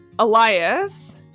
Elias